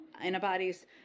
antibodies